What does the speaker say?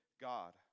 God